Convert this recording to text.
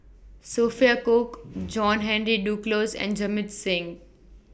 Sophia Cooke John Henry Duclos and Jamit Singh